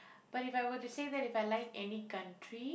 but if I were to say that if I like any country